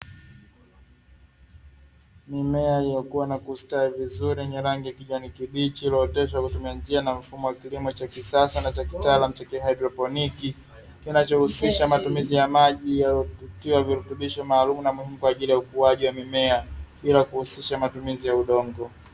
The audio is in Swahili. Mimea iliyokua na kustawi vizuri yenye rangi ya kijani kibichi, iliyooteshwa kutumia njia na mfumo wa kilimo cha kisasa na kitaalumu cha haidroponi, kinachohusisha matumizi ya maji yaliyotiwa virutubisho maalumu ambavyo ni kwa ajili ya ukuaji wa mimea bila kuhusisha matumizi ya udongo.